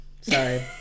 Sorry